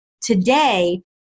today